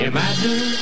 Imagine